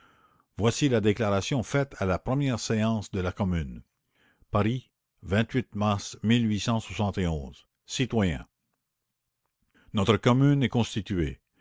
voici la déclaration faite à la première séance de la ommune aris mars itoyens otre ommune est constituée